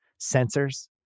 sensors